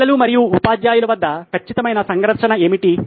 పిల్లలు మరియు ఉపాధ్యాయుల మధ్య ఖచ్చితమైన సంఘర్షణ ఏమిటి